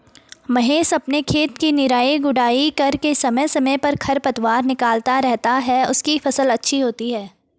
महेश अपने खेत की निराई गुड़ाई करके समय समय पर खरपतवार निकलता रहता है उसकी फसल अच्छी होती है